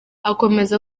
akomeza